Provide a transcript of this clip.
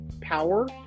power